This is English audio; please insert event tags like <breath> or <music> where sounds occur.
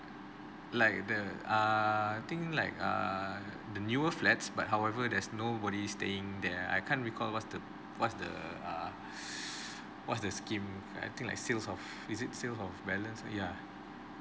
like the err I think like err the newer flats but however there's nobody staying there I can't recall what's the what's the uh <breath> what's the scheme I think like sales of physic sales of balance yeah